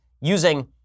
using